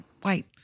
white